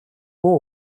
гүн